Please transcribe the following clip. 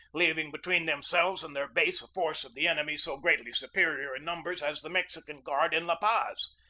leaving between themselves and their base a force of the enemy so greatly superior in numbers as the mexican guard in la paz.